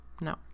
No